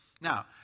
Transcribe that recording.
Now